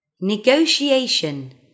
Negotiation